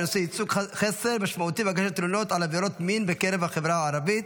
בנושא: ייצוג חסר משמעות בהגשת תלונות על עבירות מין בקרב החברה הערבית,